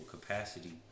capacity